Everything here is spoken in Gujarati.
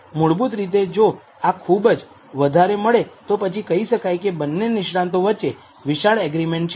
મૂળભૂત રીતે જો આ ખૂબ જ વધારે મળે તો પછી કહી શકાય કે બંને નિષ્ણાંતો વચ્ચે વિશાળ કરાર છે